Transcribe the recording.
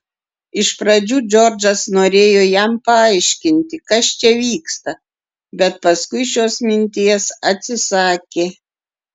iš pradžių džordžas norėjo jam paaiškinti kas čia vyksta bet paskui šios minties atsisakė